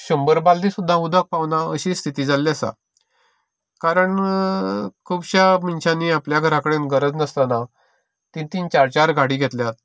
शंबर बालदी सुद्दां उदक पावना अशी स्थिती जाल्ली आसा कारण खुबश्या मनशांनी आपल्या घरा कडेन गरज नासतना तीन तीन चार चार गाडी घेतल्या